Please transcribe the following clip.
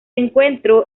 encuentro